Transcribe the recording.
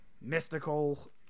mystical